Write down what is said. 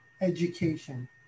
education